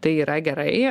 tai yra gerai